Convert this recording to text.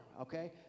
okay